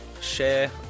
Share